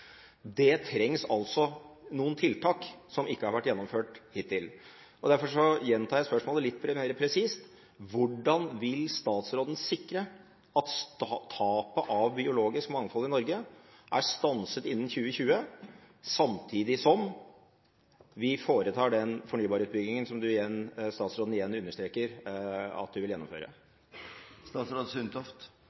Det trengs altså noen tiltak som ikke har vært gjennomført hittil. Derfor gjentar jeg spørsmålet litt mer presist: Hvordan vil statsråden sikre at tapet av biologisk mangfold i Norge er stanset innen 2020, samtidig som vi foretar den fornybarutbyggingen som statsråden igjen understreker at hun vil gjennomføre?